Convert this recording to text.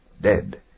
dead